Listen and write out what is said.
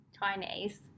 Chinese